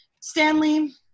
Stanley